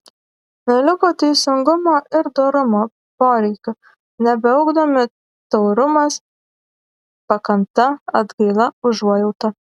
neliko teisingumo ir dorumo poreikių nebeugdomi taurumas pakanta atgaila užuojauta